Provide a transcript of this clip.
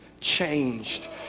changed